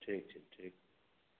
ठीक छै ठीक